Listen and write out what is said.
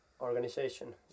organization